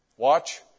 Watch